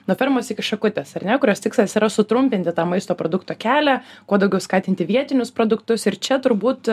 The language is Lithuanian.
nuo fermos iki šakutės ar ne kurios tikslas yra sutrumpinti tą maisto produkto kelią kuo daugiau skatinti vietinius produktus ir čia turbūt